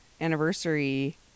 anniversary